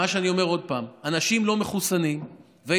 מה שאני אומר: שוב, אנשים לא מחוסנים וילדים,